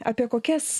apie kokias